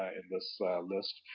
in this list.